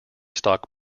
stock